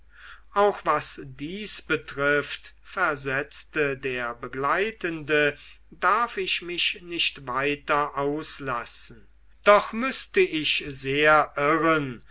auch was dies betrifft versetzte der begleitende darf ich mich nicht weiter auslassen doch müßte ich mich sehr irren